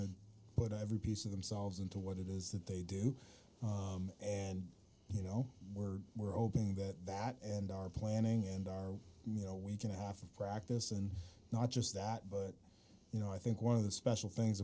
unit put every piece of themselves into what it is that they do and you know we're we're all doing that that and our planning and our you know week and a half of practice and not just that but you know i think one of the special things